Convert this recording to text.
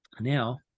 now